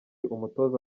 umutoza